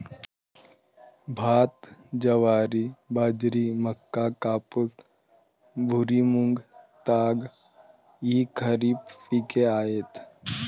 भात, ज्वारी, बाजरी, मका, कापूस, भुईमूग, ताग इ खरीप पिके आहेत